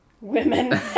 Women